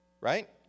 Right